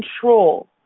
control